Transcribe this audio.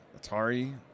Atari